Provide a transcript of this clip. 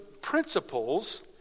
principles